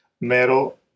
metal